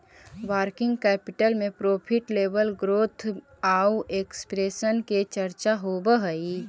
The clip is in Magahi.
वर्किंग कैपिटल में प्रॉफिट लेवल ग्रोथ आउ एक्सपेंशन के चर्चा होवऽ हई